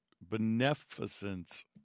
beneficence